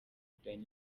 danny